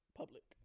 public